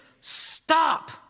stop